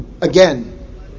again